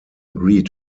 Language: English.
agree